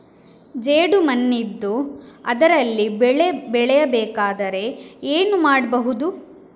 ಜೇಡು ಮಣ್ಣಿದ್ದು ಅದರಲ್ಲಿ ಬೆಳೆ ಬೆಳೆಯಬೇಕಾದರೆ ಏನು ಮಾಡ್ಬಹುದು?